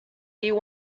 you